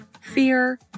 fear